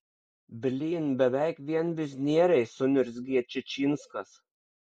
blyn beveik vien biznieriai suniurzgė čičinskas